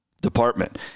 Department